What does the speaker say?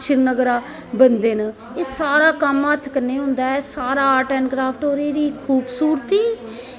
श्रीनगरा दा बनदे न एह् सारा कम्म हत्थ कन्नैं होंदा ऐ सारा आर्ट ऐंड़ क्राफ्ट एह्दी खूबसूरती